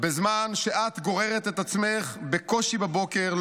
בזמן שאת גוררת את עצמך בקושי בבוקר,